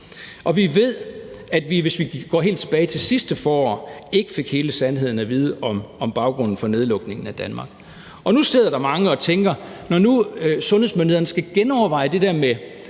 Og vi ved, hvis vi går helt tilbage til sidste forår, at vi ikke fik hele sandheden at vide om baggrunden for nedlukningen af Danmark. Nu sidder mange og tænker, at når nu sundhedsmyndighederne skal genoverveje det der med